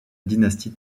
dynastie